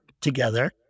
together